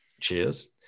cheers